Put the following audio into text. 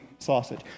Sausage